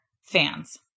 fans